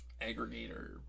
aggregator